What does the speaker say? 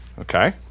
okay